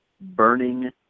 burning